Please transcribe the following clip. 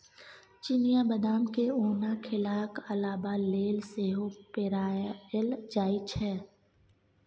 चिनियाँ बदाम केँ ओना खेलाक अलाबा तेल सेहो पेराएल जाइ छै